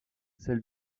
celle